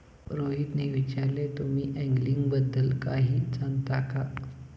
रोहितने विचारले, तुम्ही अँगलिंग बद्दल काही जाणता का?